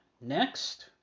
next